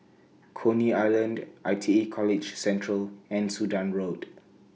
Coney Island I T E College Central and Sudan Road